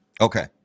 Okay